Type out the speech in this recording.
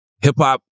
hip-hop